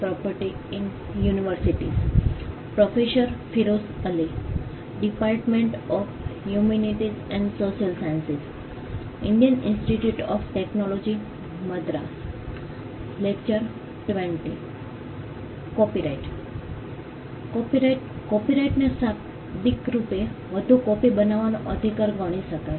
copyright કોપિરાઇટને શાબ્દિક રૂપે વધુ કોપિ બનાવવાનો અધિકાર ગણી શકાય